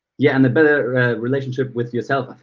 yeah, and the better relationship with yourself,